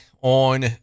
on